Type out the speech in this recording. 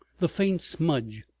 the faint smudge,